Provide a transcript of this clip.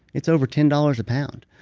it's over ten dollars a pound.